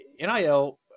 nil